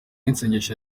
y’isengesho